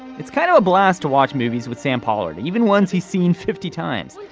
it's kind of a blast to watch movies with sam pollard even once he's seen fifty times. like